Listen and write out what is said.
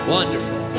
Wonderful